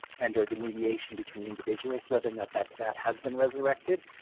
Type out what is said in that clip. and or the mediation between individuals, whether or not that that has been resurrected?